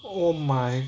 oh my